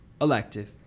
elective